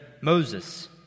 Moses